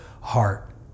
heart